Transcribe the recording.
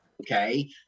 okay